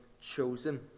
chosen